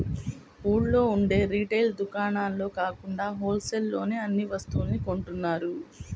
ఊళ్ళో ఉండే రిటైల్ దుకాణాల్లో కాకుండా హోల్ సేల్ లోనే అన్ని వస్తువుల్ని కొంటున్నారు